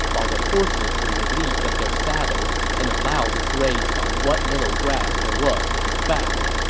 while the horses were relieved of their saddles and allowed to graze on what little grass there was to be found